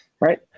right